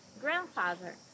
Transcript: grandfather